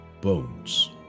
bones